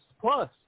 plus